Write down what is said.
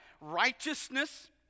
righteousness